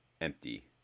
empty